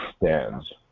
stands